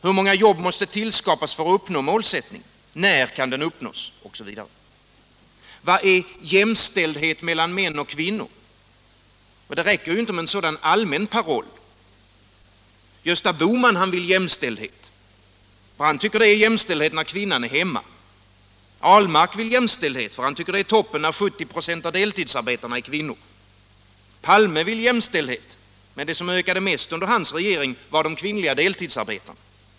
Hur många jobb måste tillskapas för att uppnå målsättningen? När kan den uppnås osv.? Vad är ”jämställdhet mellan män och kvinnor”? Det räcker ju inte med en sådan allmän paroll. Bohman vill jämställdhet. Han tycker att det är jämställdhet när kvinnan är hemma. Ahlmark vill jämställdhet. Han tycker det är toppen när 70 96 av deltidsarbetarna är kvinnor. Palme vill jämställdhet. Men det som ökade mest under hans regering var de kvinnliga deltidsarbetarna.